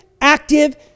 active